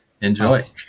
enjoy